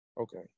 okay